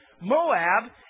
Moab